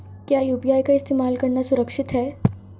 क्या यू.पी.आई का इस्तेमाल करना सुरक्षित है?